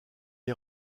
est